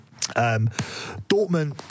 Dortmund